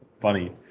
funny